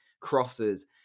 crosses